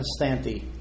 Constanti